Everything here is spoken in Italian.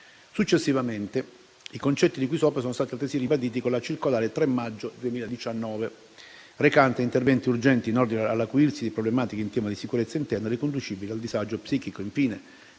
Successivamente, i concetti di cui sopra sono stati altresì ribaditi con la circolare del 3 maggio 2019, recante: "Interventi urgenti in ordine all'acuirsi di problematiche in tema di sicurezza interna riconducibili al disagio psichico".